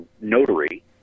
notary